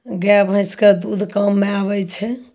गाय भैंसके दूध काममे आबैत छै